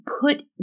put